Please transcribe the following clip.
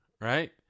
right